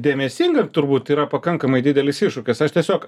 dėmesingam turbūt yra pakankamai didelis iššūkis aš tiesiog